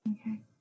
Okay